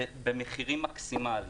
במחירים מקסימאליים,